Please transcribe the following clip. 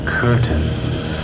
curtains